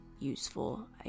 Useful